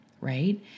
right